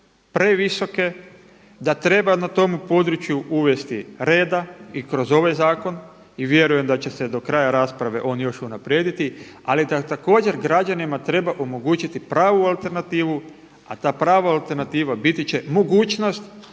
previsoke, da treba na tome području uvesti reda i kroz ovaj zakon i vjerujem da će se do kraja rasprave on još unaprijediti ali da također građanima treba omogućiti pravu alternativu a ta prava alternativa biti će mogućnost